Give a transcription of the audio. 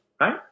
Right